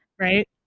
Right